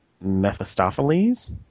Mephistopheles